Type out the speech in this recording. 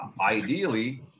ideally